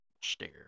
Stare